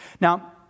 Now